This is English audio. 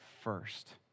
first